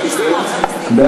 סעיף 6 נתקבל.